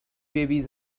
babies